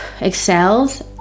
excels